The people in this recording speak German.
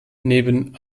neben